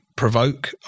Provoke